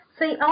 see